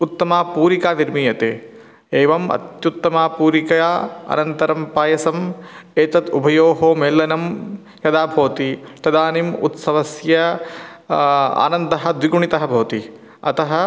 उत्तमा पूरिका निर्मीयते एवम् अत्युत्तमपूरिकया अनन्तरं पायसम् एतद् उभयोः मेलनं यदा भवति तदानीम् उत्सवस्य आनन्दः द्विगुणितः भवति अतः